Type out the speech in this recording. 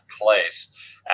place